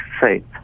faith